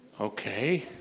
Okay